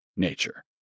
Nature